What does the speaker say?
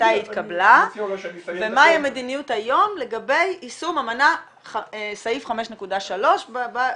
מתי התקבלה ומה המדיניות היום לגבי יישום סעיף 5.3 באמנה,